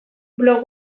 blog